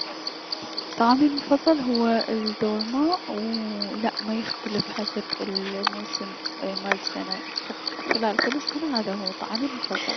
طعامي المفضل هو الدولمة، و لا ميختلف حسب الموسم مال السنة فخلال كل السنة هذا هو طعامي المفضل.